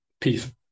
Peace